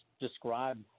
describe